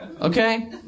Okay